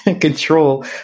control